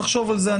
נחשוב על זה.